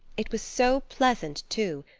it was so pleasant, too,